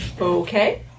Okay